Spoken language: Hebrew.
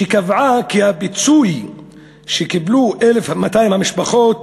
שקבעה כי הפיצוי שקיבלו 1,200 המשפחות